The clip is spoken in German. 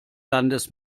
landes